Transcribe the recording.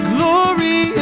Glory